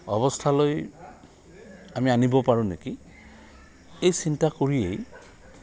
অৱস্থালৈ আমি আনিব পাৰোঁ নেকি এই চিন্তা কৰিয়েই